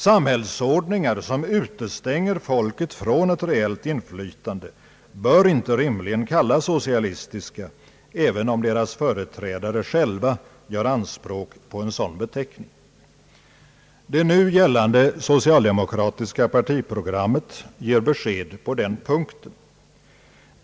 Samhällsordningar som utestänger folket från ett reellt inflytande bör inte rimligen kallas socialistiska, även om deras företrädare själva gör anspråk på en sådan beteckning. Det nu gällande socialdemokratiska partiprogrammet ger besked på den punkten.